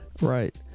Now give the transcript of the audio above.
Right